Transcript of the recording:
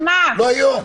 לא היום.